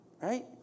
right